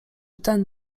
ten